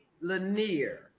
Lanier